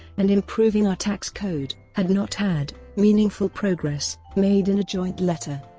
and improving our tax code had not had meaningful progress made in a joint letter.